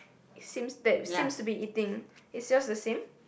it seems that seems to be eating is yours the same